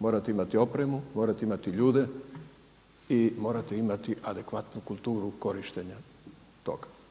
morate imati opremu, morate imati ljude i morate imati adekvatnu kulturu korištenja toga.